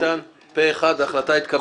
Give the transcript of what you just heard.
הצבעה בעד, פה אחד ההחלטה נתקבלה.